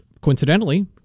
coincidentally